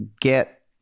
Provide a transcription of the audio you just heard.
get